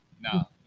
no